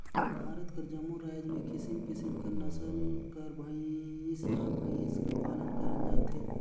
भारत कर जम्मो राएज में किसिम किसिम कर नसल कर भंइसा भंइस कर पालन करल जाथे